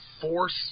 force